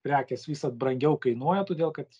prekės visad brangiau kainuoja todėl kad